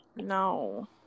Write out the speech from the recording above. no